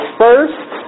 first